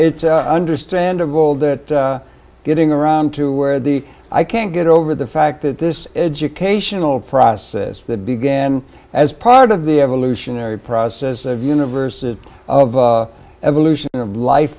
it's understandable that getting around to where the i can't get over the fact that this educational process that began as part of the evolutionary process of universes of evolution of life